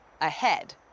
ahead